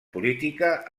política